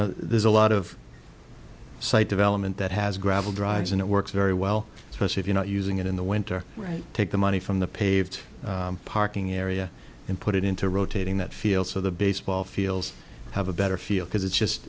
know there's a lot of site development that has gravel drives and it works very well especially if you're not using it in the winter right take the money from the paved parking area and put it into rotating that field so the baseball feels have a better feel because it's just